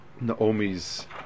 Naomi's